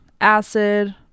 acid